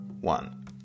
one